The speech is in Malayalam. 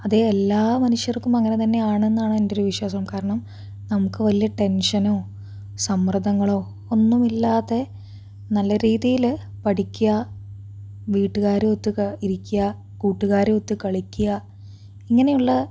അത് എല്ലാ മനുഷ്യർക്കും അങ്ങനെ തന്നെയാണെന്നാണ് എന്റൊരു വിശ്വാസം കാരണം നമുക്ക് വലിയ ടെൻഷനോ സമ്മർദ്ദങ്ങളോ ഒന്നുമില്ലാതെ നല്ല രീതിയിൽ പഠിക്കുക വീട്ടുകാരുമൊത്ത് ക ഇരിക്കുക കൂട്ടുകാരുമൊത്ത് കളിക്കുക ഇങ്ങനെയുള്ള